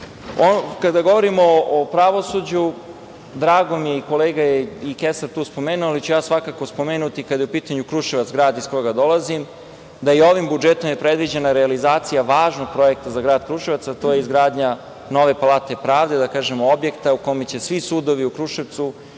govorimo o pravosuđu, drago mi je, i kolega Kesar je spomenuo, ali ću ja svakako spomenuti kada je u pitanju Kruševac, grad iz koga dolazim, da je i ovim budžetom predviđena realizacija važnog projekta za grad Kruševac, a to je izgradnja nove Palate pravde, objekta u kome će svi sudovi u Kruševcu,